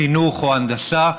חינוך או הנדסה,